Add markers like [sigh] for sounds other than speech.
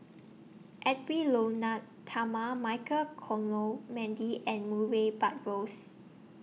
Edwy Lyonet Talma Michael [unintelligible] and Murray Buttrose